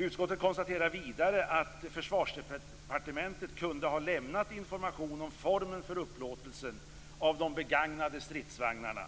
Utskottet konstaterar vidare att Försvarsdepartementet kunde ha lämnat information om formen för upplåtelsen av de begagnade stridsvagnarna,